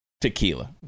tequila